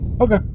Okay